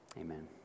Amen